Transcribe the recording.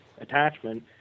attachment